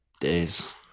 days